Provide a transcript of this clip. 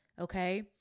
Okay